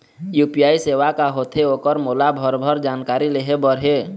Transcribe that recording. UPI सेवा का होथे ओकर मोला भरभर जानकारी लेहे बर हे?